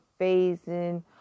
phasing